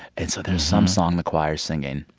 and so there's some song the choir's singing.